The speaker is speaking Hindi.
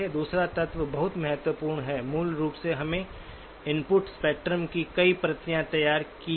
दूसरा तत्व बहुत महत्वपूर्ण है मूल रूप से हमने इनपुट स्पेक्ट्रम की कई प्रतियां तैयार की हैं